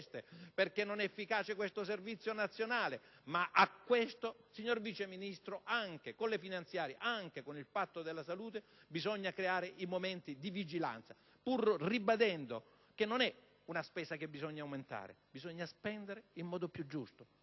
essendo efficace questo Servizio nazionale, ma rispetto a questo, signor Vice ministro, anche con le finanziarie, anche con il Patto della salute, bisogna creare i momenti di vigilanza, pur ribadendo che non è una spesa da aumentare. Bisogna spendere però in modo più giusto,